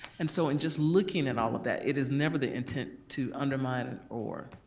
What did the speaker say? and so in just looking at all of that, it is never the intent to undermine or.